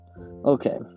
Okay